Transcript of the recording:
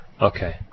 Okay